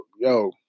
yo